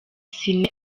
cine